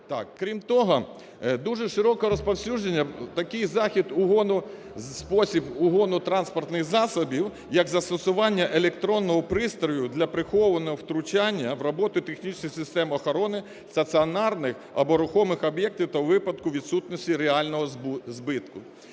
Крім того, дуже широко розповсюджений такий спосіб угону транспортних засобів як застосування електронного пристрою для прихованого втручання в роботу технічної системи охорони стаціонарних або рухомих об'єктів та у випадку відсутності реального збитку.